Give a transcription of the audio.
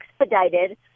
expedited